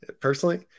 personally